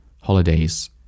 holidays